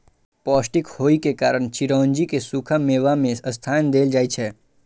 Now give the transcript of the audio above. पौष्टिक होइ के कारण चिरौंजी कें सूखा मेवा मे स्थान देल जाइ छै